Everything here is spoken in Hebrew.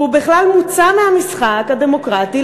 הוא בכלל מוצא מהמשחק הדמוקרטי,